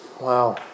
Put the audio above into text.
Wow